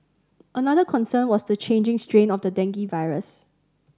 another concern was the changing strain of the dengue virus